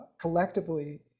collectively